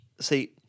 see